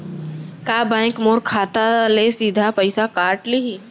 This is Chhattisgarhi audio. का बैंक मोर खाता ले सीधा पइसा काट लिही?